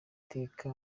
iteka